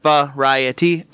Variety